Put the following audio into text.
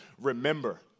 remember